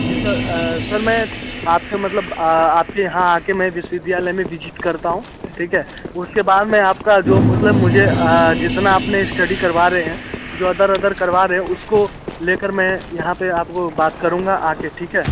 जी sir sir मैं आप से मतलब आपके यहाँ आ कर मैं विश्वविद्यालय में विज़िट करता हूँ ठीक है उसके बाद में आपका जो मतलब मुझे जितना आपने स्टडी करवा रहे हैं जो अदर अदर करवा रहें उसको ले कर मैं यहाँ पर आपको बात करूँगा आ कर ठीक है